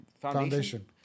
foundation